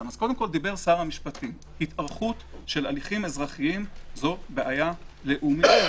אז דיבר שר המשפטים - התארכות הליכים אזרחיים זו בעיה עולמית.